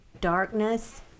Darkness